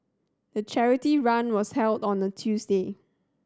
the charity run was held on the Tuesday